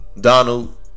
Donald